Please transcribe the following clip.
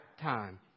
time